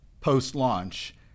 post-launch